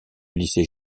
lycée